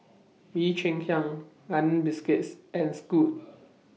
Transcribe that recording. Bee Cheng Hiang London Biscuits and Scoot